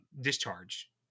Discharge